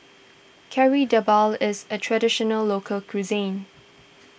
Kari Debal is a Traditional Local Cuisine